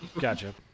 Gotcha